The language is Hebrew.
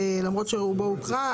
למרות שרובו הוקרא.